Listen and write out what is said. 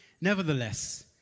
Nevertheless